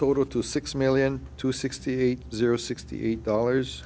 total to six million to sixty eight zero sixty eight dollars